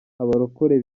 abarokore